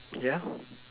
yeah